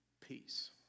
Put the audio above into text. peace